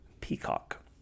Peacock